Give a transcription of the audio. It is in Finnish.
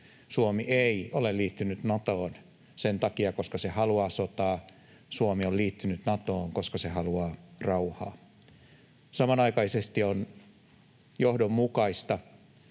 Suomi ei ole liittynyt Natoon sen takia, että se haluaa sotaa. Suomi on liittynyt Natoon, koska se haluaa rauhaa. Samanaikaisesti on johdonmukaista